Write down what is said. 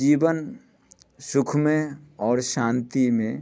जीवन सुखमे आओर शान्तिमे